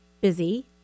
Busy